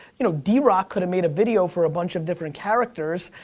you know, drock could've made a video for a bunch of different characters,